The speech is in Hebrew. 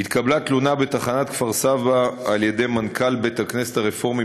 התקבלה תלונה בתחנת כפר-סבא ממנכ"ל בית-הכנסת הרפורמי